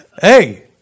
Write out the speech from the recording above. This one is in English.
Hey